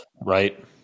right